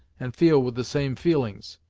and feel with the same feelings.